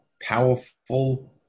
powerful